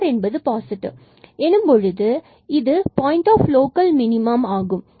R வந்து positive ஆகும் பொழுது பின்பு இது பாயின்ட் ஆஃப் லோக்கல் மினிமம் ஆகும்